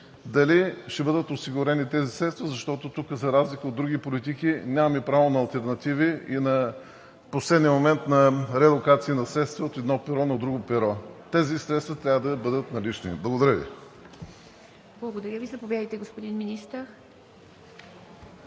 дали ще бъдат осигурени тези средства, защото тук, за разлика от други политики, нямаме право на алтернативи и в последния момент на релокация на средства от едно перо на друго перо? Тези средства трябва да бъдат налични. Благодаря Ви. ПРЕДСЕДАТЕЛ ИВА МИТЕВА: Благодаря Ви. Заповядайте, господин Министър.